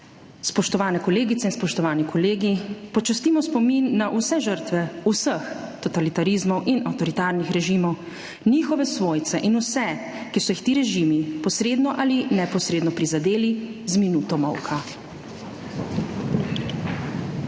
Spoštovane kolegice in spoštovani kolegi, počastimo spomin na vse žrtve vseh totalitarizmov in avtoritarnih režimov, njihove svojce in vse, ki so jih ti režimi posredno ali neposredno prizadeli, z minuto molka.